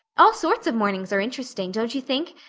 all sorts of mornings are interesting, don't you think?